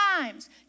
times